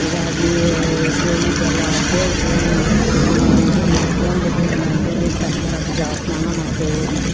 ಯುಗಾದಿ ಬೇವು ಬೆಲ್ಲ ಅಂತ್ಹೇಳಿ ಬೇವು ಇದು ಮಾಡ್ಕೊಂಡು ಬೇವಿನ ತಪ್ಲು ಹಾಕಿ ಜಾ ಸ್ನಾನ ಮಾಡ್ತೇವೆ